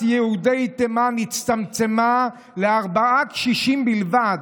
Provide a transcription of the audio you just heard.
יהודי תימן הצטמצמה לארבעה קשישים בלבד,